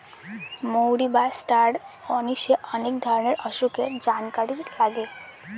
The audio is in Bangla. মৌরি বা ষ্টার অনিশে অনেক ধরনের অসুখের জানকারি লাগে